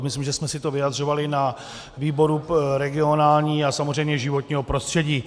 Myslím, že jsme si to vyjadřovali na výboru regionálním a samozřejmě životního prostředí.